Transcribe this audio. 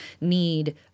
need